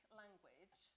language